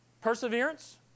Perseverance